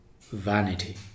vanity